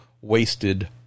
wasted